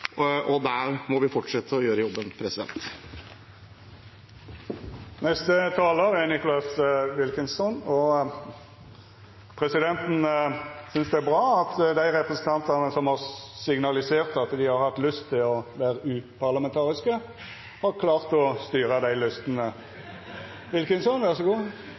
og der må vi fortsette å gjøre jobben. Presidenten synest det er bra at dei representantane som har signalisert at dei har hatt lyst til å vera uparlamentariske, har klart å styra dei lystene.